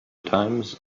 times